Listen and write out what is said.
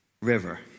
river